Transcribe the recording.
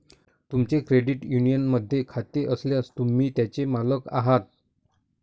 तुमचे क्रेडिट युनियनमध्ये खाते असल्यास, तुम्ही त्याचे मालक आहात